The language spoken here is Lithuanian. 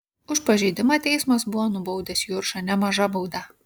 už pažeidimą teismas buvo nubaudęs juršą nemaža bauda